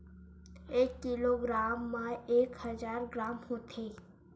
एक किलोग्राम मा एक हजार ग्राम होथे